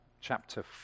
chapter